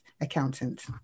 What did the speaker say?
accountant